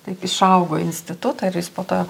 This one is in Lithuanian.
taip išaugo į institutą ir jis po to